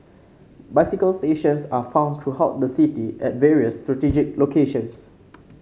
bicycle stations are found throughout the city at various strategic locations